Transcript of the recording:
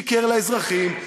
שיקר לאזרחים,